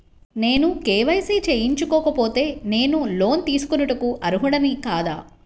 నేను కే.వై.సి చేయించుకోకపోతే నేను లోన్ తీసుకొనుటకు అర్హుడని కాదా?